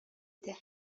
иде